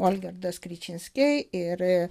olgirdas kryčinskiai ir